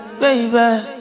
baby